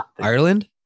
Ireland